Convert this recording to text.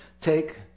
Take